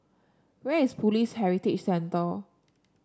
where is Police Heritage Center